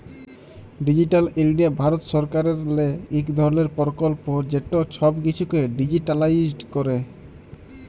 digital India Bharat সরকারেরলে ইক ধরলের পরকল্প যেট ছব কিছুকে ডিজিটালাইস্ড ক্যরে